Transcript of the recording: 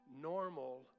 Normal